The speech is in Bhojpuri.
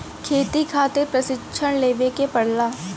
खेती खातिर प्रशिक्षण लेवे के पड़ला